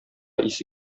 исе